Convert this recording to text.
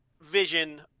vision